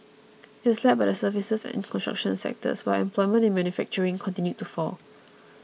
it was led by the services and construction sectors while employment in manufacturing continued to fall